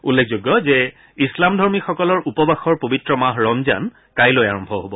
উল্লেখযোগ্য যে ইছলামধৰ্মীসকলৰ উপবাসৰ পবিত্ৰ মাহ ৰমজান কাইলৈ আৰম্ভ হ'ব